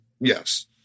Yes